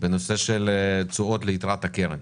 בנושא של תשואות ליתרת הקרן.